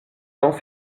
dans